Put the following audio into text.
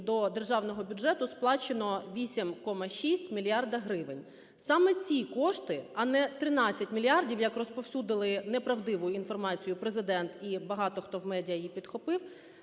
до державного бюджету сплачено 8,6 мільярда гривень. Саме ці кошти, а не 13 мільярдів, як розповсюдили неправдиву інформацію Президент і багато хто в медіа її підхопив,